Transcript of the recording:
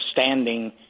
standing